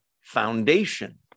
foundation